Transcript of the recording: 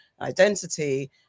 identity